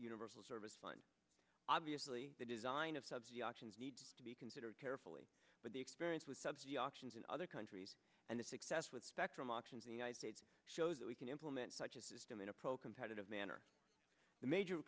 universal service fund obviously the design of subsidy auctions needs to be considered carefully but the experience with subsidy auctions in other countries and the success with spectrum auctions and united states shows that we can implement such a system in a pro competitive manner the major